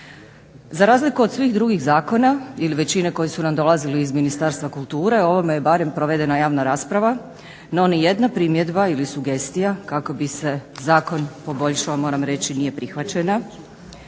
Za razliku od svih drugih zakona ili većine koji su nam dolazili iz Ministarstva kulture o ovome je barem provedena javna rasprava, no ni jedna primjedba ili sugestija kako bi se zakon poboljšao moram reći nije prihvaćena.